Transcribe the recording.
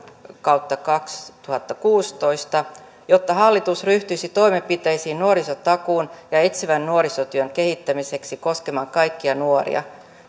kautta kaksituhattakuusitoista jotta hallitus ryhtyisi toimenpiteisiin nuorisotakuun ja etsivän nuorisotyön kehittämiseksi koskemaan kaikkia nuoria